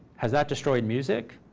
has that destroyed music?